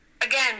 Again